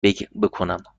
بکنم